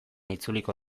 itzuliko